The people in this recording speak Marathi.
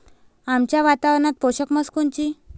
आमच्या वातावरनात पोषक म्हस कोनची?